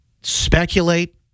speculate